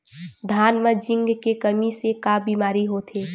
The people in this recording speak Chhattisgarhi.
धान म जिंक के कमी से का बीमारी होथे?